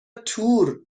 تور